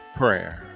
prayer